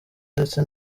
ndetse